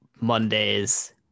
Mondays